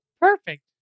perfect